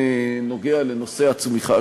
גם בנוגע לנושא הצמיחה,